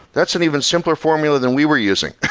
that's an even simpler formula than we were using.